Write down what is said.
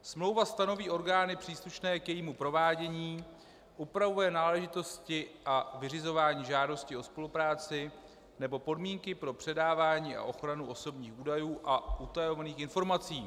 Smlouva stanoví orgány příslušné k jejímu provádění, upravuje náležitosti a vyřizování žádosti o spolupráci nebo podmínky pro předávání a ochranu osobních údajů a utajovaných informací.